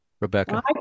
Rebecca